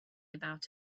about